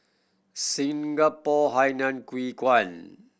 Singapore Hainan Hwee Kuan